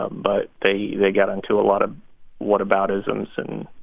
um but they they got into a lot of what-aboutisms and